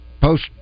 post